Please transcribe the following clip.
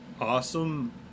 Awesome